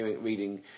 reading